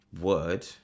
word